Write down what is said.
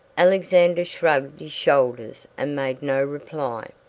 alexander shrugged his shoulders and made no reply.